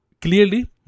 clearly